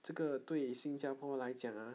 这个对新加坡来讲 ah